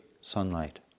sunlight